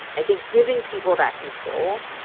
i think giving people that control.